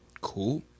Cool